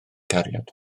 cariad